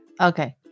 Okay